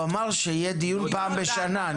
הוא אמר שיהיה דיון פעם בשנה.